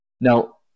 Now